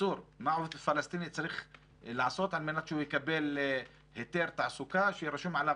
על מנת שהוא יקבל היתר תעסוקה שיהיה רשום עליו